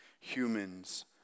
humans